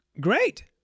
Great